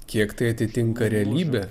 kiek tai atitinka realybę